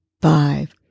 five